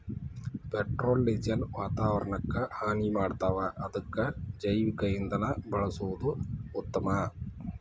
petrol diesel ವಾತಾವರಣಕ್ಕ ಹಾನಿ ಮಾಡ್ತಾವ ಅದಕ್ಕ ಜೈವಿಕ ಇಂಧನಾ ಬಳಸುದ ಉತ್ತಮಾ